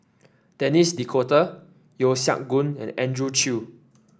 Denis D'Cotta Yeo Siak Goon and Andrew Chew